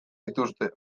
dituzte